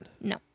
No